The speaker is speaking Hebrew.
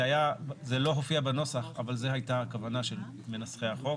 זה לא הופיע בנוסח אבל זאת היתה הכוונה של מנסחי החוק.